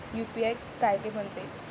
UPI कायले म्हनते?